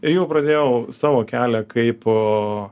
ir jau pradėjau savo kelią kaip